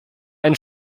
ein